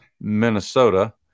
Minnesota